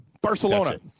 Barcelona